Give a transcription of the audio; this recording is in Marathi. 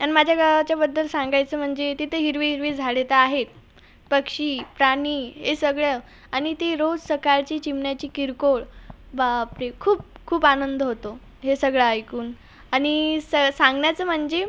अन् माझ्या गावाच्याबद्दल सांगायचं म्हणजे तिथं हिरवी हिरवी झाडे त आहे पक्षी प्राणी हे सगळं आणि ती रोज सकाळची चिमण्यांची किरकोळ बापरे खूप खूप आनंद होतो हे सगळे ऐकून आणि स सांगण्याचे म्हणजे